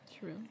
true